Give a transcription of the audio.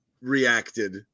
reacted